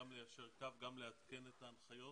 גם ליישר קו, גם לעדכן את ההנחיות